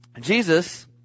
Jesus